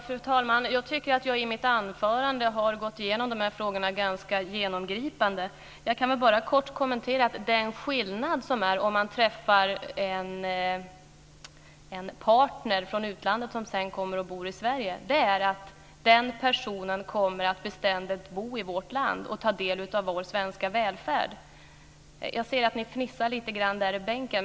Fru talman! Jag tycker att jag i mitt anförande har gått igenom de här frågorna ganska genomgripande. Jag kan bara kort kommentera den skillnad som gäller om man träffar en partner från utlandet som sedan kommer och bor i Sverige. Den personen kommer att beständigt bo i vårt land och ta del av vår svenska välfärd. Jag ser att ni fnissar lite i bänken.